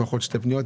לפחות שתי פניות,